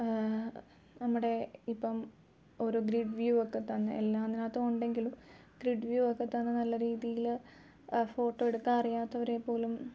നമ്മുടെ ഇപ്പം ഒരു ഗ്രിഡ് വ്യൂ ഒക്കെ തന്ന് എല്ലാതിനകത്തും ഉണ്ടെങ്കിലും ഗ്രിഡ് വ്യൂ ഒക്കെ തന്ന് നല്ല രീതിയിൽ ഫോട്ടോ എടുക്കാൻ അറിയാത്തവരെപ്പോലും